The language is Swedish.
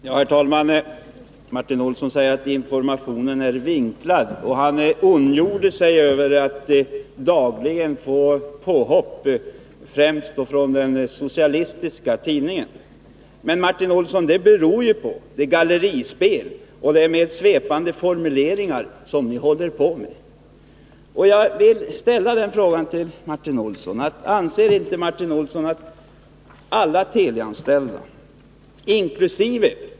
Herr talman! Martin Olsson säger att informationen är vinklad. Han ondgör sig över dagliga påhopp, främst då från den socialistiska pressen. Men, Martin Olsson, det beror ju på ert gallerispel och era svepande formuleringar. Skall vi ställa följande fråga: Anser inte Martin Olsson att de farhågor som de teleanställda — inkl.